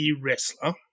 wrestler